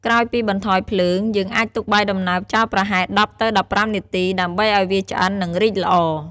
ក្រោយពីបន្ថយភ្លើង យើងអាចទុកបាយដំណើបចោលប្រហែល ១០ ទៅ១៥នាទី ដើម្បីឱ្យវាឆ្អិន និង រីកល្អ។